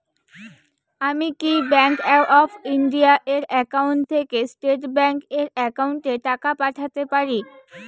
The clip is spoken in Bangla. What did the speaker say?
আমি কি ব্যাংক অফ ইন্ডিয়া এর একাউন্ট থেকে স্টেট ব্যাংক এর একাউন্টে টাকা পাঠাতে পারি?